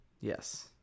Yes